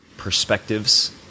perspectives